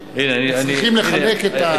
צריכים לחלק את,